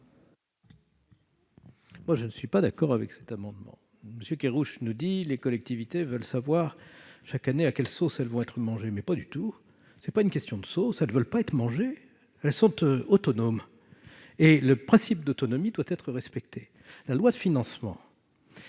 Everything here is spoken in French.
vote. Je ne suis pas d'accord avec cet amendement. Monsieur Kerrouche, vous nous dites que les collectivités veulent savoir chaque année à quelle sauce elles vont être mangées. Ce n'est pas une question de sauce : elles ne veulent tout simplement pas être mangées ! Elles sont autonomes, et le principe d'autonomie doit être respecté. Une loi de financement